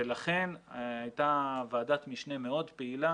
ולכן הייתה ועדת משנה מאוד פעילה